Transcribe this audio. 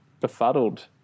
befuddled